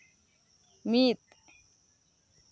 ᱢᱤᱫ